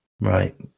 right